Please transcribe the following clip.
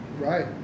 Right